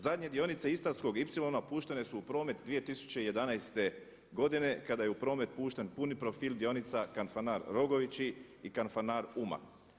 Zadnje dionice Istarskog ipsilona puštene su u promet 2011. godine kada je u promet pušten puni profil dionica Kanfanar-Rogovići i Kanfanar-Umag.